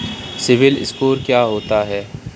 CIBIL score क्या होता है?